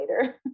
later